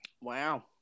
Wow